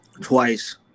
twice